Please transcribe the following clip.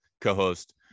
co-host